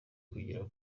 kugera